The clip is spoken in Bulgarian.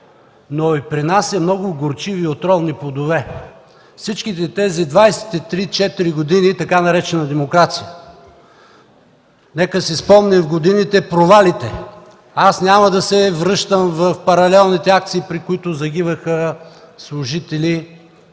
но принася много горчиви и отровни плодове във всички тези 23-24 години, в така наречената „демокрация”. Нека да си спомним в годините провалите. Аз няма да се връщам към паралелните акции, при които загинаха служители